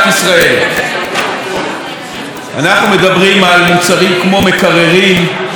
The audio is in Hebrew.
אנחנו מדברים על מוצרים כמו מקררים, מכונות כביסה,